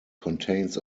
contains